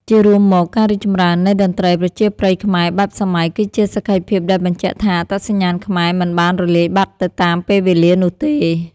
ជារួមមក ការរីកចម្រើននៃ តន្ត្រីប្រជាប្រិយខ្មែរបែបសម័យ គឺជាសក្ខីភាពដែលបញ្ជាក់ថា អត្តសញ្ញាណខ្មែរមិនបានរលាយបាត់ទៅតាមពេលវេលានោះទេ។